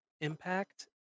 Impact